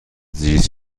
زیست